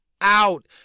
out